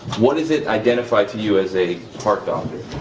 what is it identify to you, as a heart doctor?